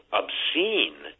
obscene